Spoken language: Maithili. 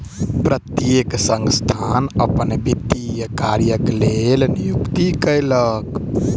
प्रत्येक संस्थान अपन वित्तीय कार्यक लेल नियुक्ति कयलक